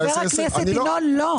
חבר הכנסת ינון, לא.